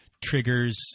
triggers